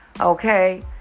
okay